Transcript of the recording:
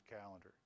calendar